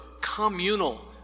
communal